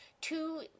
two